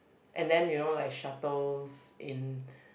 and then you know like shuttles in